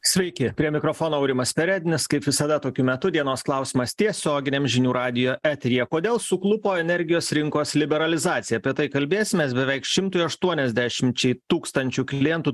sveiki prie mikrofono aurimas perednis kaip visada tokiu metu dienos klausimas tiesioginiam žinių radijo eteryje kodėl suklupo energijos rinkos liberalizacija apie tai kalbėsimės beveik šimtui aštuoniasdešimčiai tūkstančių klientų